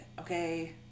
okay